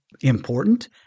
important